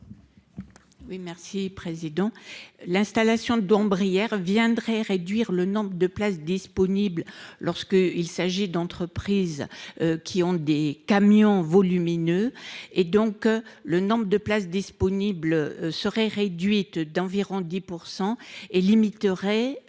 Oui Mercier président l'installation d'Brière viendrait réduire le nombre de places disponibles lorsque il s'agit d'entreprises qui ont des camion volumineux et donc le nombre de places disponibles seraient réduites d'environ 10 % et limiteraient